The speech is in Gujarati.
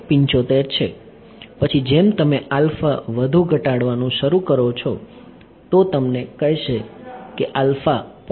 75 છે પછી જેમ તમે આલ્ફા વધુ ઘટાડવાનું શરૂ કરો છો તો તમને કહેશે કે આલ્ફા 0